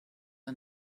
are